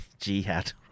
jihad